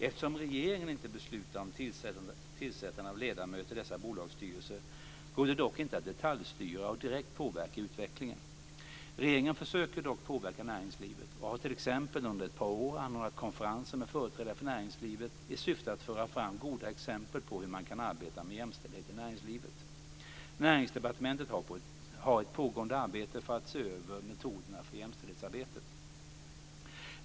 Eftersom regeringen inte beslutar om tillsättande av ledamöter i dessa bolags styrelser går det dock inte att detaljstyra och direkt påverka utvecklingen. Regeringen försöker dock påverka näringslivet och har t.ex. under ett par år anordnat konferenser med företrädare för näringslivet i syfte att föra fram goda exempel på hur man kan arbeta med jämställdhet i näringslivet. Näringsdepartementet har ett pågående arbete för att se över metoderna för jämställdhetsarbetet.